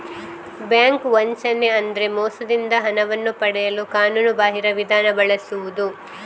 bank ವಂಚನೆ ಅಂದ್ರೆ ಮೋಸದಿಂದ ಹಣವನ್ನು ಪಡೆಯಲು ಕಾನೂನುಬಾಹಿರ ವಿಧಾನ ಬಳಸುದು